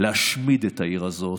להשמיד את העיר הזאת,